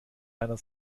einer